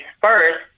first